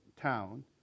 town